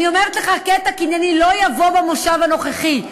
אני אומרת לך, הקטע הקנייני לא יבוא במושב הנוכחי.